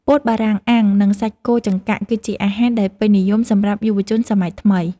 ពោតបារាំងអាំង និងសាច់គោចង្កាក់ គឺជាអាហារដែលពេញនិយមសម្រាប់យុវជនសម័យថ្មី។